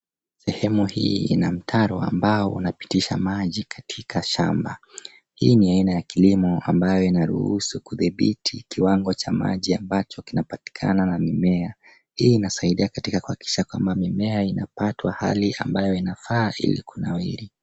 Sehemu hii ina mtaro ambao unapitisha maji katika shamba. Hii ni aina ya kilimo ambayo inaruhusu kudhibiti kiwango cha maji ambacho kinapatikana na mimea. Hii inasaidia katika kuhakikisha kwamba mimea inapatwa hali ambayo inafaa ili kunawiri.